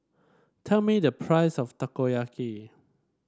tell me the price of Takoyaki